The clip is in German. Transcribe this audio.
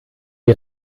wir